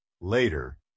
later